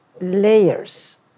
layers